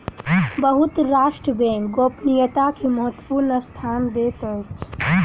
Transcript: बहुत राष्ट्र बैंक गोपनीयता के महत्वपूर्ण स्थान दैत अछि